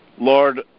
Lord